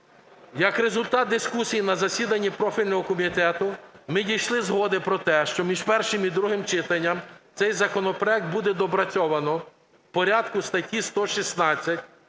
Як результат дискусії на засіданні профільного комітету ми дійшли згоди про те, що між першим і другим читанням цей законопроект буде доопрацьовано в порядку статті 116